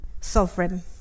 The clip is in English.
sovereign